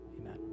Amen